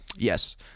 yes